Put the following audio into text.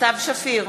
סתיו שפיר,